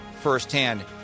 firsthand